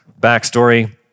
backstory